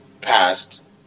passed